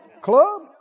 Club